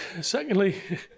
secondly